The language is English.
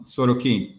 Sorokin